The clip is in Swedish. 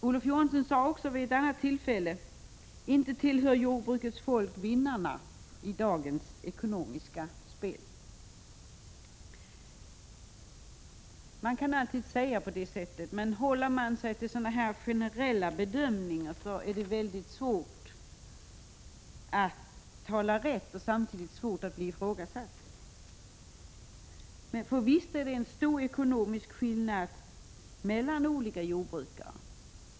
Olof Johansson sade vid ett annat tillfälle: ”Inte tillhör jordbrukets folk vinnarna i dagens ekonomiska spel.” Man kan alltid säga på det sättet, men håller man sig till generella bedömningar är det svårt att tala rätt och samtidigt svårt att bli ifrågasatt. Det är stora ekonomiska skillnader mellan olika jordbrukare.